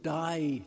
die